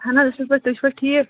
اَہَن حظ اصٕل پٲٹھۍ تُہۍ چھِوا ٹھیٖک